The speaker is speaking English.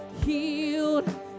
healed